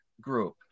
group